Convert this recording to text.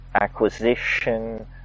acquisition